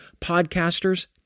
podcasters